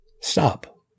stop